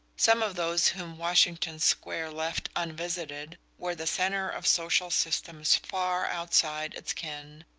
some of those whom washington square left unvisited were the centre of social systems far outside its ken,